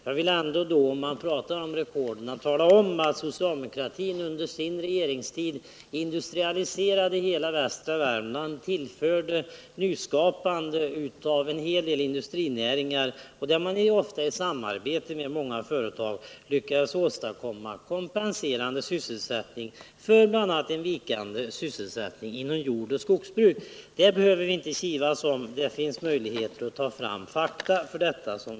Jag vill när det ändå här talas om rekord säga att socialdemokraterna under sin regeringstid industrialiserade hela västra Värmland och tillförde ett nyskapande till en hel rad industrinäringar. Man lyckades, ofta i samarbete med många företag, åstadkomma kompenserande arbetstillfällen för bl.a. en vikande sysselsättning inom jordoch skogsbruk. Det behöver vi inte kivas om, eftersom det finns möjligheter att ta fram fakta om detta.